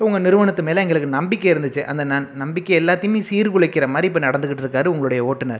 உங்கள் நிறுவனத்து மேலே எங்களுக்கு நம்பிக்கை இருந்துச்சு அந்த ந நம்பிக்கை எல்லாத்தையுமே சீர்குலைக்குற மாரி இப்போ நடந்துகிட்டு இருக்கார் உங்களுடைய ஓட்டுநர்